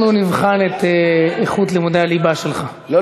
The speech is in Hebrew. אנחנו נבחן את איכות לימודי הליבה שלך,